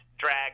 Drag